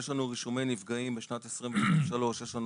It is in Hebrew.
יש לנו רישומי נפגעים בשנת 2023. יש לנו